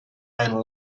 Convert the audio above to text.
and